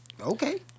Okay